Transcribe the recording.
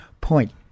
point